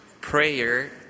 prayer